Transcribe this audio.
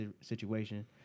situation